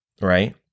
right